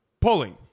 pulling